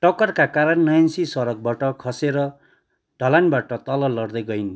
ठक्करका कारण न्यान्सी सडकबाट खसेर ढलानबाट तल लड्दै गइन्